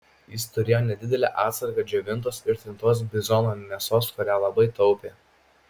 jis turėjo nedidelę atsargą džiovintos ir trintos bizono mėsos kurią labai taupė